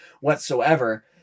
whatsoever